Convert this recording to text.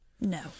No